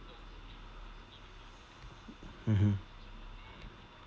mmhmm